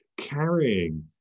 carrying